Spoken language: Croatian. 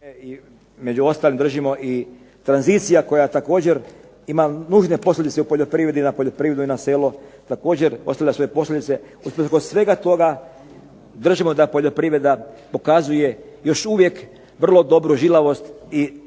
među ostalim držimo i tranzicija koja također ima nužne posljedice u poljoprivredi na poljoprivredu i na selo također ostavlja svoje posljedice. Usprkos svega toga držimo da poljoprivreda pokazuje još uvijek vrlo dobru žilavost i vrlo,